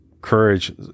courage